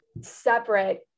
separate